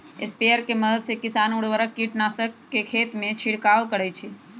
sprayer के मदद से किसान उर्वरक, कीटनाशक के खेतमें छिड़काव करई छई